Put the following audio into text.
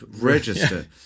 register